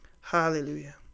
Hallelujah